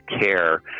care